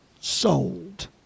sold